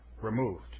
removed